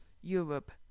Europe